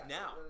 now